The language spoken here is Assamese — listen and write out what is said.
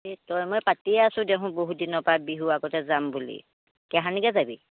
এই তই মই পাতিয়ে আছোঁ দেখোন বহুত দিনৰ পৰা বিহু আগতে যাম বুলি কেহানিকে যাবি